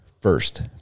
first